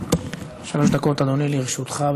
שלוש דקות, אדוני, לרשותך.